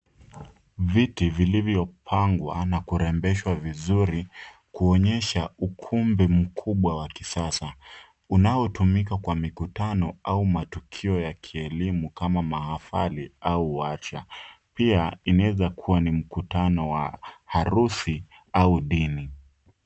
Viti vilivyopangwa na kurembeshwa vizuri kuonyesha ukumbi mkubwa wa kisasa. Unaotumika kwa mikutano au matukio ya kielimu kama maafali au waacha pia inawezakua ni mkutano wa harusi au dini.